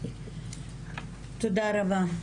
תודה רבה.